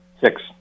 Six